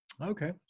Okay